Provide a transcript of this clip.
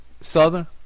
Southern